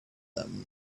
them